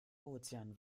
ozean